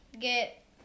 get